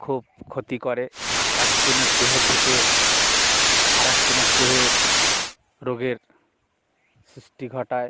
খুব ক্ষতি করে একজনের দেহ থেকে আরেকজনের দেহে রোগের সৃষ্টি ঘটায়